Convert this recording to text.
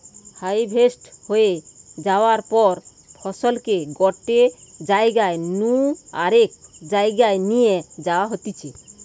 harvest হয়ে যায়ার পর ফসলকে গটে জাগা নু আরেক জায়গায় নিয়ে যাওয়া হতিছে